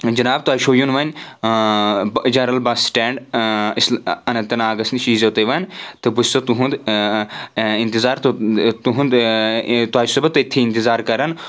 جناب تۄہہِ چھو یُن وۄنۍ جَنٛرل بس سِٹینٛڈ اننت ناگَس نِش یی زیو تُہۍ ون تہٕ بہٕ چھُس تُہُنٛد انتظار تُہنٛد تۄہہِ سُہ بہٕ تٔتتھٕے اِنتظار کران